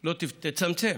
לא תצמצם.